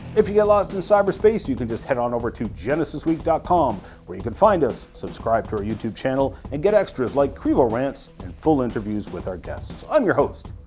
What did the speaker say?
if you get lost in cyberspace, you can just head on over to genesis week dot com where you find us, subscribe to our youtube channel and get extras like crevo rants and full interviews with our guests. i'm your host,